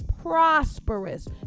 prosperous